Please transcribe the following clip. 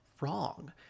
wrong